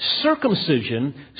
circumcision